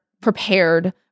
prepared